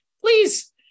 please